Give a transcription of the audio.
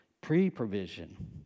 pre-provision